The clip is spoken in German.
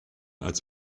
als